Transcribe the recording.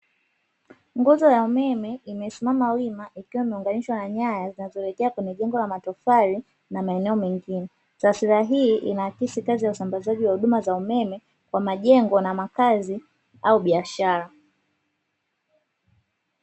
Nguzo ya umeme imesimama wima, ikiwa imeunganishwa na nyaya zinazoelekea kwenye jengo la matofali na maeneo mengine, taswira hii inaakisi kazi ya usambazji wa huduma za umeme kwa majengo na makazi au biashara.